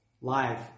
live